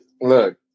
look